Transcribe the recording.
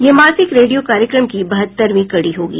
यह मासिक रेडियो कार्यक्रम की बहत्तरवीं कड़ी होगी